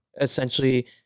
essentially